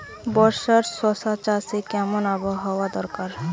বর্ষার শশা চাষে কেমন আবহাওয়া দরকার?